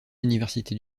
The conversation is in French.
universités